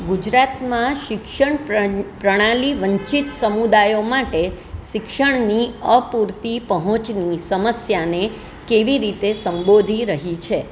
ગુજરાતમાં શિક્ષણ પ્રજ પ્રણાલી વંચિત સમુદાયો માટે શિક્ષણની અપૂરતી પહોંચની સમસ્યાને કેવી રીતે સંબોધી રહી છે